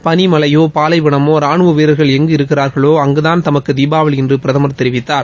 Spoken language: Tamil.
பனி மலையோ பாலைவனமோ ரானுவ வீரர்கள் ளங்கு இருக்கிறார்களோஅங்குதான் தமக்கு தீபாவளி என்று பிரதமர் தெரிவித்தார்